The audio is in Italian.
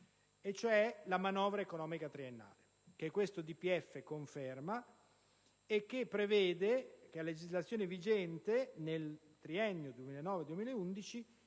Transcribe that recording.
e cioè la manovra economica triennale, che questo DPEF conferma, la quale prevede che a legislazione vigente, nel triennio 2009-2011,